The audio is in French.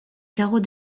carreaux